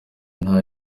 nta